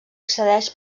accedeix